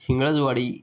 Hingalajwadi